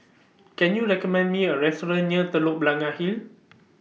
Can YOU recommend Me A Restaurant near Telok Blangah Hill